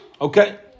okay